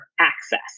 access